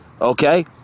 okay